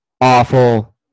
awful